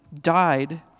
died